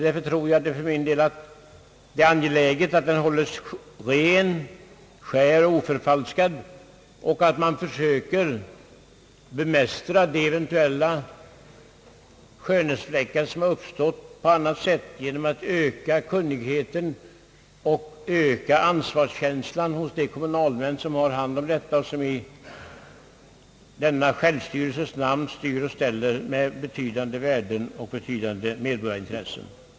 Därför tror jag att det är angeläget att den hålls ren, skär och oförfalskad och att man försöker utplåna de eventuella skönhetsfläckarna på annat sätt: genom att öka kunnigheten och öka ansvarskänslan hos kommunalmännen som i denna självstyrelses namn styr och ställer med betydande värden och betydande medborgarintressen.